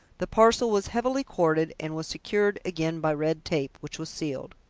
the parcel was heavily corded and was secured again by red tape, which was sealed.